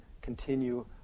continue